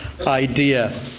idea